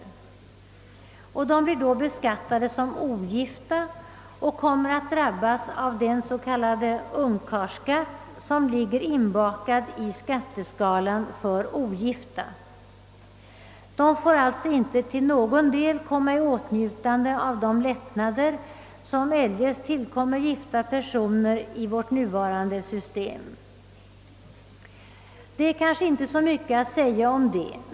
De blir då beskattade som ogifta och kommer att drabbas av den s.k. unkarlsskatt som ligger inbakad i skatteskalan för ogifta. De kommer sålunda inte till någon del i åtnjutande av de lättnader som eljest med vårt nuvarande system tillkommer gifta personer. Det är kanske inte så mycket att säga om det.